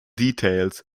details